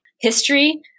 history